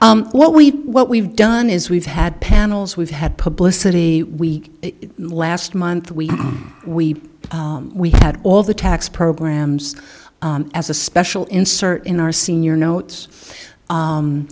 what we what we've done is we've had panels we've had publicity week last month we we we had all the tax programs as a special insert in our senior notes